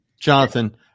Jonathan